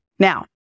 Now